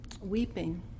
weeping